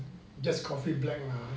just coffee black lah